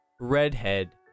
redhead